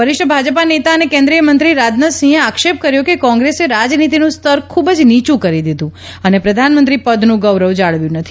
વરિષ્ઠ ભાજપા નેતા અને કેન્દ્રિયમંત્રી રાજનાથસિંહે આક્ષેપ કર્યો કે કોંગ્રેસે રાજનીતીનું સ્તર ખૂબ જ નીચું કરી દીધું અને પ્રધાનમંત્રી પદનું ગૌરવ જાળવ્યું નથી